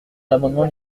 l’amendement